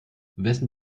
wessen